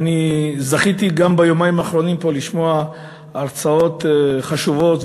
אני זכיתי גם ביומיים האחרונים פה לשמוע הרצאות חשובות,